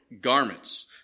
garments